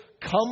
come